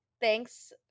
Thanks